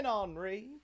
Henry